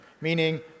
meaning